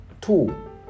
Two